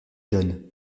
john